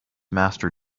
master